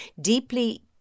deeply